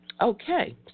Okay